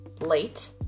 late